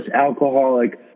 alcoholic